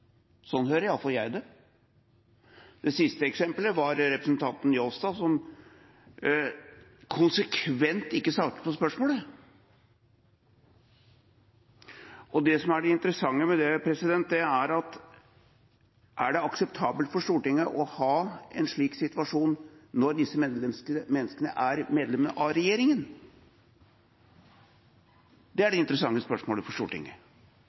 Sånn hører iallfall jeg det. Det siste eksempelet var representanten Njåstad, som konsekvent ikke svarte på spørsmålet. Det som er det interessante med det, er: Er det akseptabelt for Stortinget å ha en slik situasjon når disse menneskene er medlemmer av regjeringa? Det er det interessante spørsmålet for Stortinget,